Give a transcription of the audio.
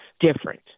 different